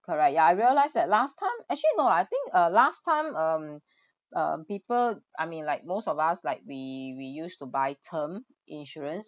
correct ya I realise that last time actually no lah I think uh last time um um people I mean like most of us like we we used to buy term insurance